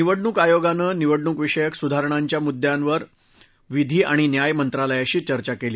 निवडणूक आयोगानं निवडणूक विषयक सुधारणांबाबतच्या मुद्द्यांवर विधी आणि न्याय मंत्रालयाशी चर्चा केली